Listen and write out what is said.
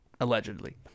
allegedly